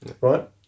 right